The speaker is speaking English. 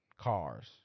cars